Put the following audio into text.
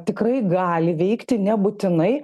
tikrai gali veikti nebūtinai